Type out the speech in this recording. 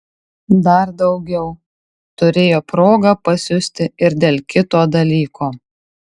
dar daugiau turėjo progą pasiusti ir dėl kito dalyko